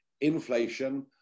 inflation